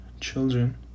children